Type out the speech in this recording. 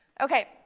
Okay